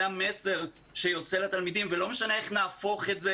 זה המסר שעובר לתלמידים ולא משנה איך נהפוך את זה